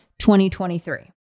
2023